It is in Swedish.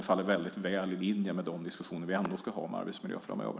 Den faller väl in i de diskussioner som vi ändå ska ha om arbetsmiljö framöver.